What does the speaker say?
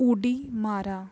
उडी मारा